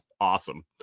Awesome